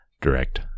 direct